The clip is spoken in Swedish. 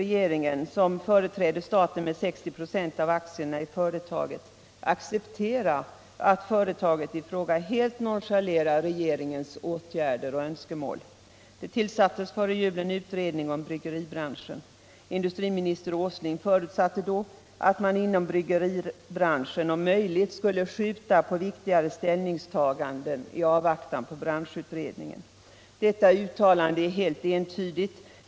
regeringen, som företräder staten med 60 96 av aktierna i företaget, acceptera att förtaget i fråga helt nonchalerar regeringens åtgärder och önskemål? Det tillsattes före jul en utredning om bryggeribranschen. Industriminister Åsling förutsatte då att man inom bryggeribranschen om möjligt skulle skjuta på viktigare ställningstaganden i avvaktan på branschutredningen. Detta uttalande är helt entydigt.